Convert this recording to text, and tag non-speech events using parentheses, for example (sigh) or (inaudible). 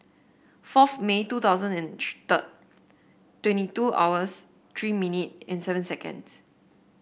fourth May two thousand and three (unintelligible) twenty two hours three minute and seven seconds